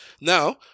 Now